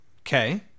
Okay